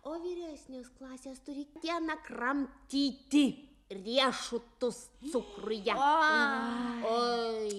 o vyresnės klasės turi temą kramtyti riešutus cukruje